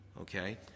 okay